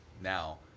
now